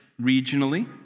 regionally